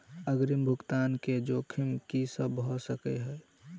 अग्रिम भुगतान केँ जोखिम की सब भऽ सकै हय?